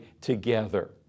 together